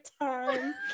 time